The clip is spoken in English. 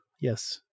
Yes